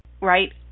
right